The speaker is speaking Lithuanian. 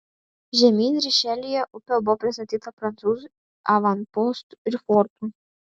žemyn rišeljė upe buvo pristatyta prancūzų avanpostų ir fortų